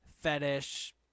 fetish